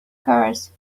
course